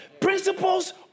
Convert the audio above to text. Principles